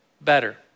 better